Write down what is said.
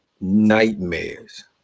nightmares